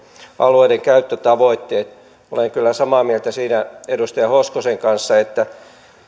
alueidenkäyttötavoitteet olen kyllä samaa mieltä siitä edustaja hoskosen kanssa että